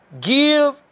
give